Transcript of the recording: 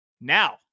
Now